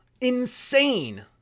insane